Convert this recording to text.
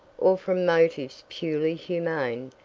or from motives purely humane,